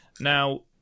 Now